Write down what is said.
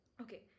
Okay